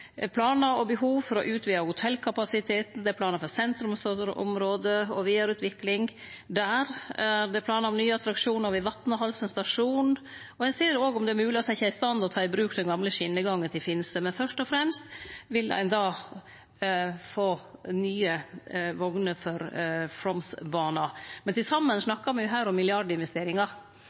planar og behov for å utvide hotellkapasiteten, det er planar for sentrumsområdet og vidareutvikling der, det er planar om nye attraksjonar ved Vatnahalsen stasjon, og ein ser òg om det er mogleg å setje i stand og ta i bruk den gamle skjenegangen til Finse. Men fyrst og fremst vil ein få nye vogner på Flåmsbana. Til saman snakkar me her om milliardinvesteringar,